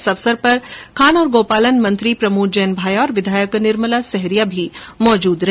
इस अवसर पर खान और गोपालन मंत्री प्रमोद जैन भाया और विधायक निर्मला सहरिया भी मौजूद रहे